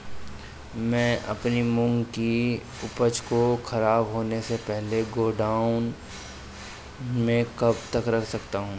मैं अपनी मूंग की उपज को ख़राब होने से पहले गोदाम में कब तक रख सकता हूँ?